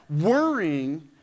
Worrying